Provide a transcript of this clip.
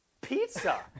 pizza